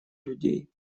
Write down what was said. людей